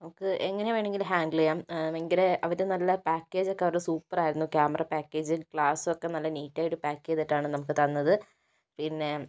നമുക്ക് എങ്ങനെ വേണമെങ്കിലും ഹാന്ഡില് ചെയ്യാം ഭയങ്കര അവര് നല്ല പാക്കേജ് ഒക്കെ അവര് സൂപ്പറായിരുന്നു ക്യാമറ പാക്കേജും ഗ്ലാസും ഒക്കെ നല്ല നീറ്റായിട്ട് പാക്ക് ചെയ്തിട്ടാണ് നമുക്ക് തന്നത് പിന്നേ